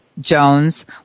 Jones